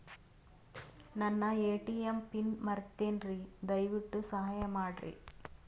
ನನ್ನ ATM pin ಮರೆತೇನ್ರೀ, ದಯವಿಟ್ಟು ಸಹಾಯ ಮಾಡ್ರಿ